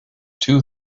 two